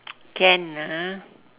can ah